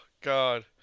God